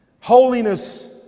Holiness